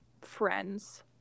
friends